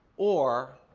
or